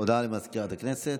הודעה לסגנית מזכיר הכנסת.